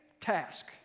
task